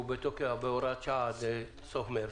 שהוא הוראת שעה עד סוף מרס.